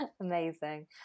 amazing